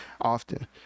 often